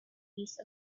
piece